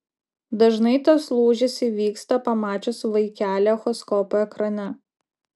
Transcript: dažnai tas lūžis įvyksta pamačius vaikelį echoskopo ekrane